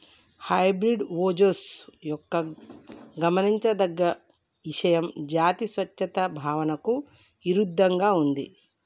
hybrid ఓజస్సు యొక్క గమనించదగ్గ ఇషయం జాతి స్వచ్ఛత భావనకు ఇరుద్దంగా ఉంది